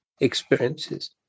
experiences